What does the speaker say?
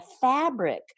fabric